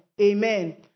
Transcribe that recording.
Amen